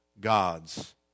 God's